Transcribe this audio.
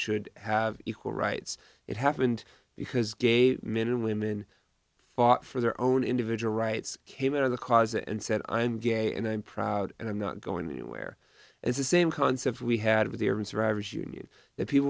should have equal rights it happened because gay men and women fought for their own individual rights came out of the cause and said i'm gay and i'm proud and i'm not going anywhere it's the same concept we had of the